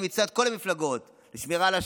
מצד כל המפלגות לשמירה על השבת,